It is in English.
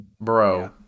Bro